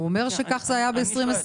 הוא אומר שכך זה היה ב-2020.